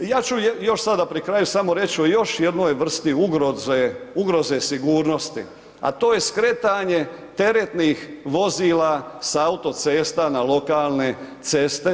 Ja ću još sada pri kraju samo reći o još jednoj vrsti ugroze, ugroze sigurnosti, a to je skretanje teretnih vozila sa autocesta na lokalne ceste.